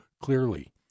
clearly